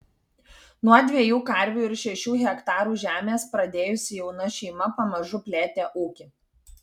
nuo dviejų karvių ir šešių hektarų žemės pradėjusi jauna šeima pamažu plėtė ūkį